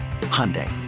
Hyundai